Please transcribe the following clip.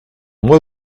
moi